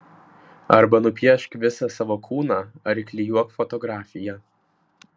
arba nupiešk visą savo kūną ar įklijuok fotografiją